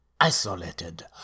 isolated